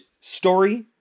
story